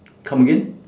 come again